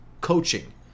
coaching